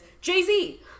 Jay-Z